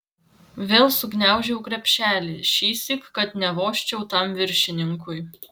vėl sugniaužiau krepšelį šįsyk kad nevožčiau tam viršininkui